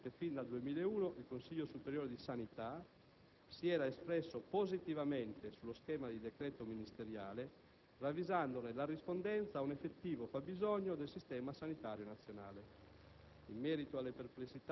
Inoltre, va ricordato che fin dal 2001 il Consiglio superiore di sanità si era espresso positivamente sullo schema di decreto ministeriale, ravvisandone la rispondenza ad un effettivo fabbisogno del Sistema sanitario nazionale.